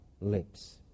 lips